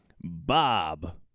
Bob